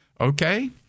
Okay